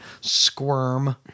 Squirm